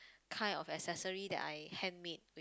kind of accessory that I handmade